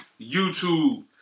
YouTube